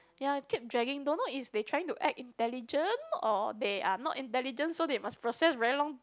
ya keep dragging don't know is they trying to act intelligent or they are not intelligent so they must process very long